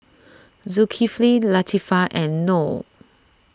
Zulkifli Latifa and Noh